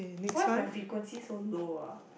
why is my frequency so low ah